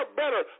better